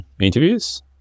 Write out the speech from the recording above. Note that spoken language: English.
interviews